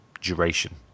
duration